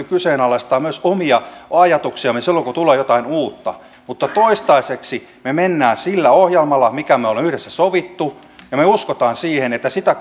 kyseenalaistaa myös omia ajatuksiamme silloin kun tulee jotain uutta mutta toistaiseksi me menemme sillä ohjelmalla minkä me olemme yhdessä sopineet ja me uskomme siihen että sitä